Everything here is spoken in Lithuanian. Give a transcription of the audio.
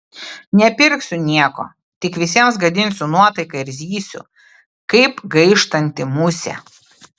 nepirksiu nieko tik visiems gadinsiu nuotaiką ir zysiu kaip gaištanti musė